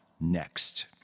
next